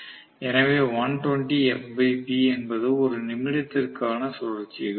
எனவே என்பது ஒரு நிமிடத்திற்கான சுழற்சிகள்